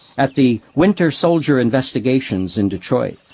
at the winter soldier investigations in detroit,